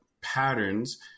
patterns